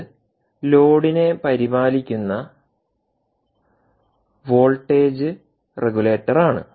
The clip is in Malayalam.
ഇത് ലോഡിനെപരിപാലിക്കുന്ന വോൾട്ടേജ് റെഗുലേറ്ററാണ്